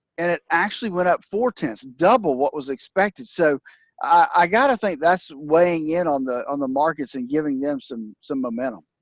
and it actually went up four ten double what was expected, so i got to think that's weighing in on the on the markets and giving them some some momentum.